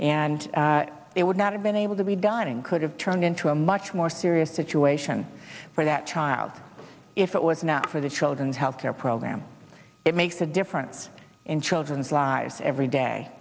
and they would not have been able to be done and could have turned into a much more serious situation for that child if it was not for the children's health care program it makes a difference in children's lives every day